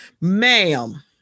Ma'am